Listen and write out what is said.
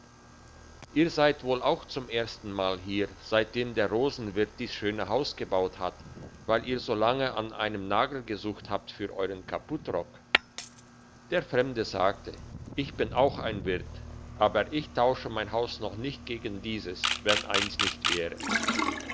ihr seid wohl auch zum ersten mal hier seitdem der rosenwirt dies schöne haus gebaut hat weil ihr so lange an einem nagel gesucht habt für euern kaputrock der fremde sagte ich bin auch ein wirt aber ich tauschte mein haus noch nicht gegen dieses wenn eins nicht wäre